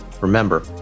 Remember